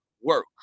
work